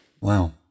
Wow